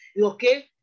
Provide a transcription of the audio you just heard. okay